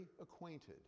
acquainted